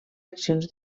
accions